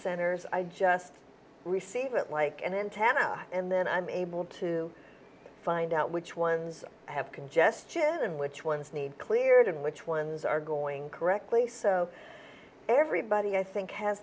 centers i just receive it like and then tana and then i'm able to find out which ones have congestion and which ones need cleared and which ones are going correctly so everybody i think has